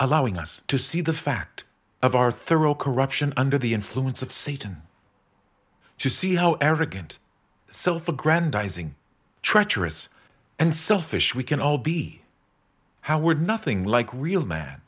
allowing us to see the fact of our thorough corruption under the influence of satan to see how arrogant self aggrandizing treacherous and selfish we can all be how we're nothing like real ma